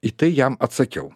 į tai jam atsakiau